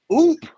Oop